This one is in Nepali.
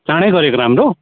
चाँडै गरेको राम्रो